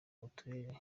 uturere